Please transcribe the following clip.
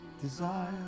desire